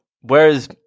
Whereas